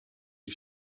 you